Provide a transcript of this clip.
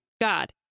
God